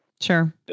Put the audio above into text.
Sure